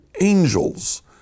angels